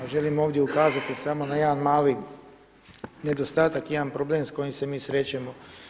A želim ovdje ukazati samo na jedan mali nedostatak, jedan problem s kojim se mi srećemo.